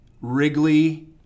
Wrigley